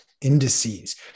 indices